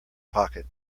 pocket